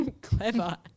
clever